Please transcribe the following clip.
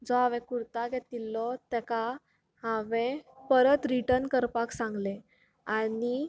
जो हांवें कुर्ता घेतिल्लो ताका हांवें परत रिटर्न करपाक सांगले आनी